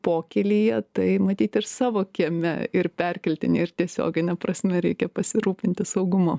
pokylyje tai matyt ir savo kieme ir perkeltine ir tiesiogine prasme reikia pasirūpinti saugumu